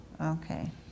Okay